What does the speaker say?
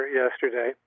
yesterday